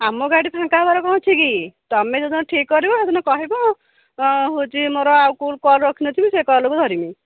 ଆମ ଗାଡ଼ି ଫାଙ୍କା ହେବାର କ'ଣ ଅଛି କି ତୁମେ ଯେଉଁ ଦିନ ଠିକ୍ କରିବ ସେ ଦିନ କହିବ ହେଉଛି ମୋର ଆଉ କେଉଁ କଲ୍ ରଖି ନ ଥିବି ସେ କଲ୍କୁ ଧରିବି